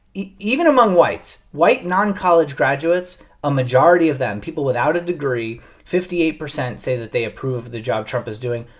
even among whites, white non-college graduates a majority of them people without a degree fifty eight percent say that they approve of the job trump is doing.